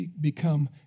become